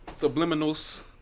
Subliminals